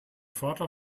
vater